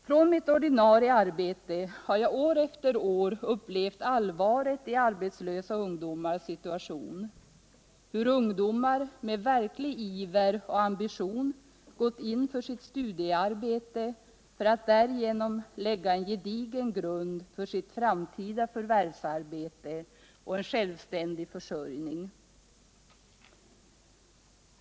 Från mitt ordinarie arbete har jag år efter år upplevt allvaret i arbetslösa ungdomars situation, hur ungdomar med verklig iver och ambition gått in för sitt studiearbete för att därigenom lägga en gedigen grund för sitt framtida förvärvsarbete och en självständig försörjning.